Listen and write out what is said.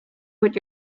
what